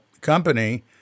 company